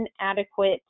inadequate